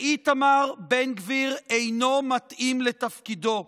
שאיתמר בן גביר אינו מתאים לתפקידו,